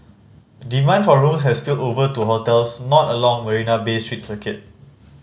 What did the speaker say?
demand for rooms has spilled over to hotels not along Marina Bay street circuit